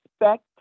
expect